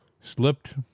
slipped